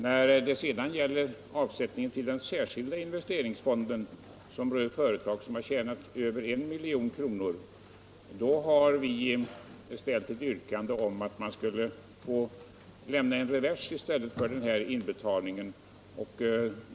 När det gäller avsättningen till den särskilda investeringsfonden för företag som har tjänat över 1 milj.kr. har vi ställt ett yrkande om att man skulle få lämna en revers i stället för att göra en inbetalning.